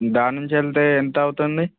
దాని నుంచి వెళ్తే ఎంత అవుతుంది